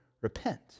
repent